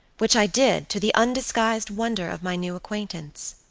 which i did, to the undisguised wonder of my new acquaintance.